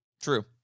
True